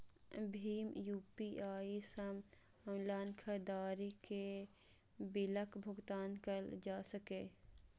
भीम UPI सं online खरीदारी के बिलक भुगतान कैल जा सकैए